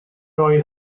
oedd